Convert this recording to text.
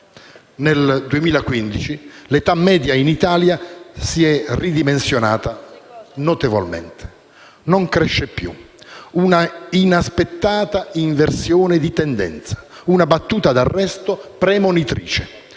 Nel 2015 l'età media in Italia si è ridimensionata notevolmente. Non cresce più. Una inaspettata inversione di tendenza, una battuta d'arresto premonitrice.